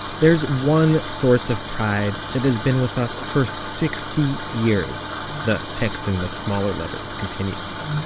there's one source of pride that has been with us for sixty years, the text in the smaller letters continues,